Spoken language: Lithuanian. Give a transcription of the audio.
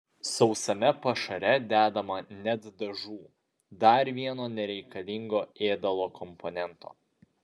sausame pašare dedama net dažų dar vieno nereikalingo ėdalo komponento